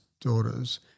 daughters